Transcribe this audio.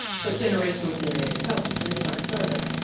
but generational theory itself goes back farther.